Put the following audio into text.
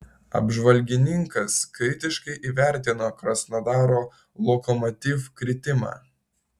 apžvalgininkas kritiškai įvertino krasnodaro lokomotiv kritimą